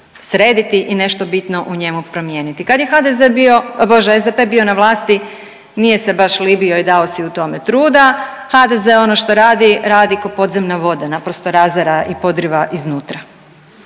srediti i nešto bitno u njemu promijeniti. Kad je HDZ bio, bože SDP bio na vlasti nije se baš libio i dao si u tome truda. HDZ ono što radi, radi ko podzemna voda, naprosto razara i podriva iznutra.